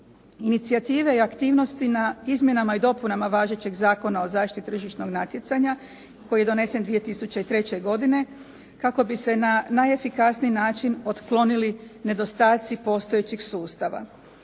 inicijative i aktivnosti na izmjenama i dopunama važećeg Zakona o zaštiti tržišnog natjecanja koji je donesen 2003. godine kako bi se na najefikasniji način otklonili nedostaci postojećeg sustava.